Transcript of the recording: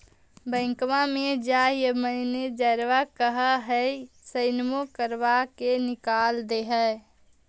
बैंकवा मे जाहिऐ मैनेजरवा कहहिऐ सैनवो करवा के निकाल देहै?